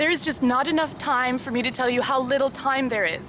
there is just not enough time for me to tell you how little time there